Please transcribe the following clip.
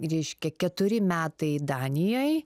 reiškia keturi metai danijoj